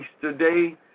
today